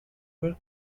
were